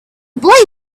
boy